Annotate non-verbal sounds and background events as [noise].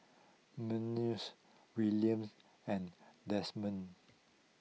[unintelligible] Willian's and Desmond